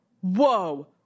Whoa